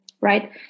right